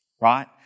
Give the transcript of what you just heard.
right